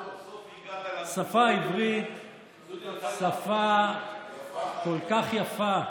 סוף-סוף הגעת, השפה העברית היא שפה כל כך יפה,